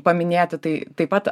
paminėti tai taip pat